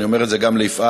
אני אומר את זה גם ליפעת,